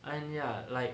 and ya like